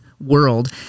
World